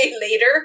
later